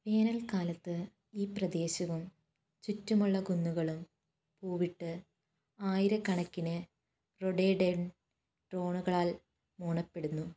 വേനൽക്കാലത്ത് ഈ പ്രദേശവും ചുറ്റുമുള്ള കുന്നുകളും പൂവിട്ട് ആയിരക്കണക്കിന് റോഡേഡെൻ ഡ്രോണുകളാൽ മൂടപ്പെടുന്നു